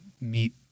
meet